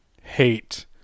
hate